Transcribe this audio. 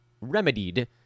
remedied